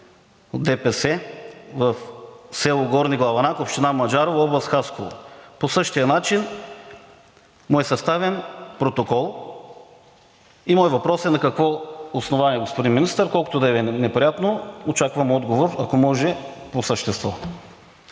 ДПС в село Горни Главанак, община Маджарово, област Хасково. По същия начин му е съставен протокол. И моят въпрос е: на какво основание, господин Министър, колкото и да Ви е неприятно? Очаквам отговор, ако може, по същество.